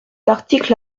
article